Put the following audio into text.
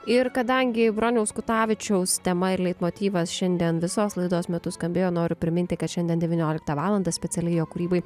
ir kadangi broniaus kutavičiaus tema ir leitmotyvas šiandien visos laidos metu skambėjo noriu priminti kad šiandien devynioliktą valandą specialiai jo kūrybai